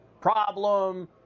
problem